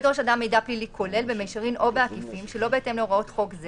חשוב להבין שבמקביל להוראה הנורמטיבית